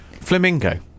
Flamingo